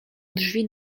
drzwi